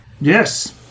Yes